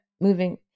moving